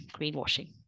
greenwashing